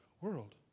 world